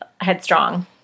headstrong